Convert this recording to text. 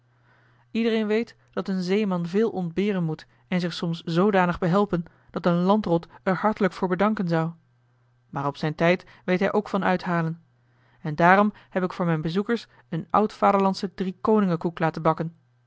iedereen weet dat een zeeman veel ontberen moet en zich soms zoodanig behelpen dat een landrot er hartelijk voor bedanken zou maar op zijn tijd weet hij ook van uithalen en daarom heb ik voor mijn bezoekers een oud vaderlandschen driekoningen koek laten bakken